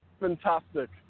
Fantastic